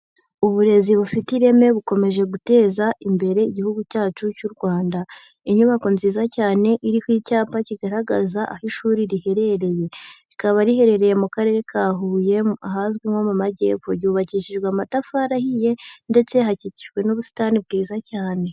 Uburezi bufite ireme bukomeje guteza imbere Igihugu cyacu cy'u Rwanda, inyubako nziza cyane iriho cyapa kigaragaza aho ishuri riherereye, rikaba riherereye mu Karere ka Huye, ahazwi nko mu Majyepfo, ryubakishijwe amatafari ahiye ndetse hakikijwe n'ubusitani bwiza cyane.